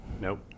Nope